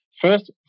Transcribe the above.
first